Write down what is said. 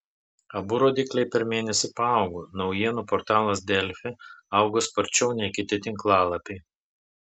abu rodikliai per mėnesį paaugo naujienų portalas delfi augo sparčiau nei kiti tinklalapiai